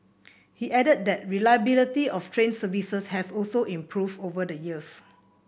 he added that reliability of train services has also improved over the years